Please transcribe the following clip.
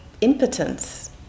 impotence